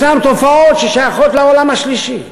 יש תופעות ששייכות לעולם השלישי,